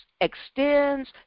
extends